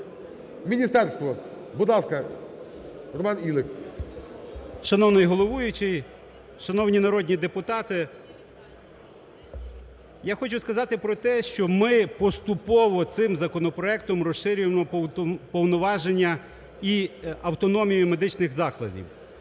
Міністерство, будь ласка. Роман Ілик. 10:46:42 ІЛИК Р.Р. Шановний головуючий! Шановні народні депутати! Я хочу сказати про те. що ми поступово цим законопроектом розширюємо повноваження і автономію медичних закладів.